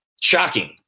Shocking